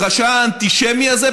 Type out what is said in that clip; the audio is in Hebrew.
הרשע האנטישמי הזה,